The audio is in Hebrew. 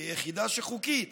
כיחידה חוקית